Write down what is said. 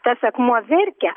tas akmuo verkia